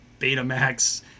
Betamax